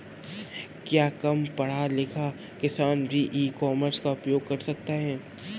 क्या कम पढ़ा लिखा किसान भी ई कॉमर्स का उपयोग कर सकता है?